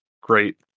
great